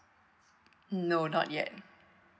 no not yet